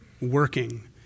working